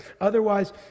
otherwise